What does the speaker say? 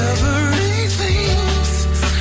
Everything's